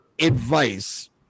advice